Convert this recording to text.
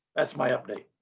that's my update.